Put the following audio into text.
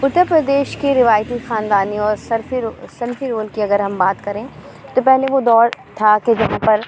اتر پردیش کی روایتی خاندانی اور سلفی او سلفی رول کی اگر ہم بات کریں تو پہلے وہ دور تھا کہ جب پر